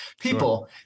people